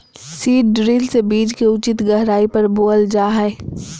seed drill से बीज के उचित गहराई पर बोअल जा हइ